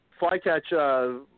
Flycatch